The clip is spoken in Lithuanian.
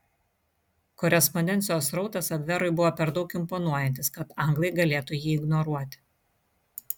korespondencijos srautas abverui buvo per daug imponuojantis kad anglai galėtų jį ignoruoti